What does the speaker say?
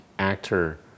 actor